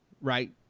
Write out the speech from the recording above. Right